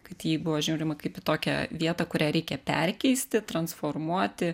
kad į jį buvo žiūrima kaip į tokią vietą kurią reikia perkeisti transformuoti